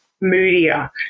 moodier